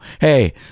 hey